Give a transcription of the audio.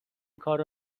کارو